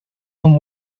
one